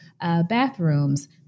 bathrooms